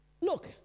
Look